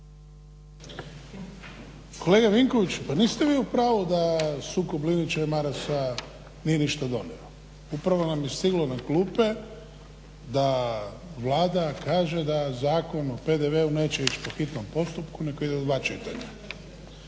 Kolega Vinkoviću, pa niste vi u pravu da sukob Linića i Marasa nije ništa donijelo. Upravo nam je stiglo na klupe da Vlada kaže da Zakon o PDV-u neće ići u hitnom postupku nego ide u dva čitanja.